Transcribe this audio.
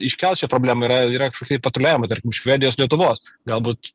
aiškiausia problema yra yra kažkokie patruliavimo tarkim švedijos lietuvos galbūt